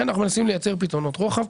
לכן אנחנו מנסים לייצר פתרונות רוחב.